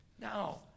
Now